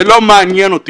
זה לא מעניין אותי,